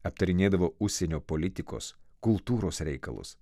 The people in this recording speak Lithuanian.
aptarinėdavo užsienio politikos kultūros reikalus